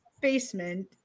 basement